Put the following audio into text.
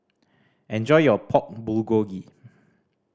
enjoy your Pork Bulgogi